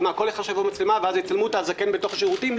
אז כל אחד שיש לו מצלמה יבוא ויצלם את הזקן בתוך השירותים?